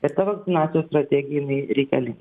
ir ta vakcinacijos strategija jinai reikalinga